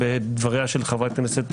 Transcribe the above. בעוד דבר אני מאמין שהם מאמינים לעצמם,